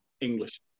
English